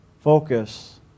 focus